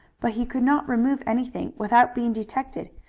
but he could not remove anything without being detected,